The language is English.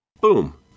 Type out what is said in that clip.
Boom